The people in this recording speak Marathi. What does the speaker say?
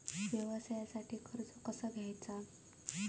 व्यवसायासाठी कर्ज कसा घ्यायचा?